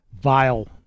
vile